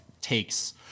takes